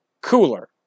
Cooler